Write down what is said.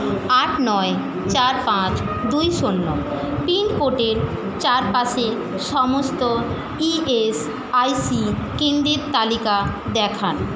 আট নয় চার পাঁচ দুই শূন্য পিনকোডের চারপাশে সমস্ত ইএসআইসি কেন্দ্রের তালিকা দেখান